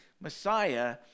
Messiah